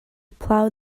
plough